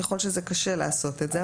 ככל שזה קשה לעשות את זה,